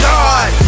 God